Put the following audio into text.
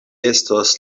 estos